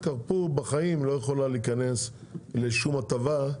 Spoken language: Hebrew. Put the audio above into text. קרפור לעולם לא יכולה להיכנס לשום הטבה,